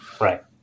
Right